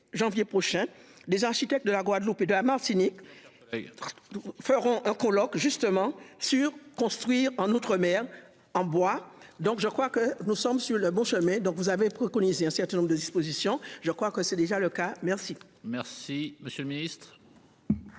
janvier prochain des architectes de la Guadeloupe de la Martinique. Nous ferons un colloque justement sur construire en outre-mer en bois, donc je crois que nous sommes sur le bon chemin. Donc vous avez préconisé un certain nombre de dispositions, je crois que c'est déjà le cas. Merci. Merci, monsieur le Ministre.